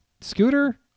scooter